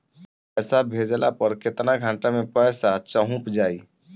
पैसा भेजला पर केतना घंटा मे पैसा चहुंप जाई?